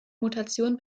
mutation